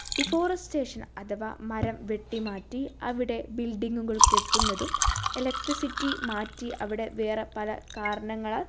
deforestation അഥവാ മരം വെട്ടിമാറ്റി അവിടെ ബിൽഡിംഗുകൾ കെട്ടുന്നതും ഇലക്ട്രിസിറ്റി മാറ്റി അവിടെ വേറെ പല കാരണങ്ങളാൽ